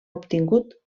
obtingut